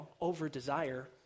over-desire